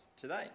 today